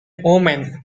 omen